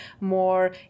more